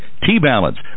T-Balance